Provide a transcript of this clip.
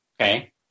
okay